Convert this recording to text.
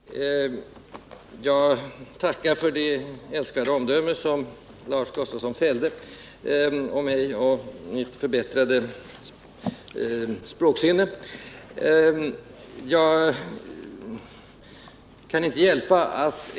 Herr talman! Jag tackar för det älskvärda omdöme som Lars Gustafsson fällde om mig och mitt förbättrade språksinne.